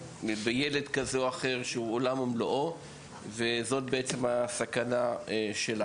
בילד כזה או אחר שהוא עולם ומלואו; וזאת בעצם הסכנה שלנו,